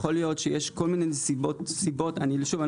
אני רק רוצה רגע להבהיר,